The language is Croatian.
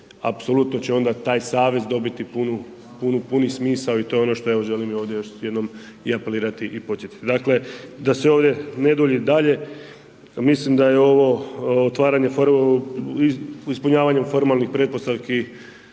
apsolutno će onda taj savez dobiti puni smisao i to je ono što evo želim i ovdje još jednom apelirati i podsjetiti. Dakle, da se ovdje ne dulji dalje, mislim da je ovo otvaranje ispunjavanjem formalnih pretpostavki,